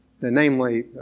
namely